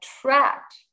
attract